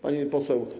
Pani Poseł!